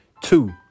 Two